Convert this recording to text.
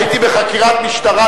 הייתי בחקירת משטרה,